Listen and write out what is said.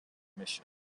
mission